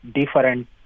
different